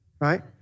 right